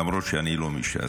למרות שאני לא מש"ס.